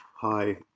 Hi